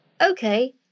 okay